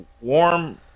warm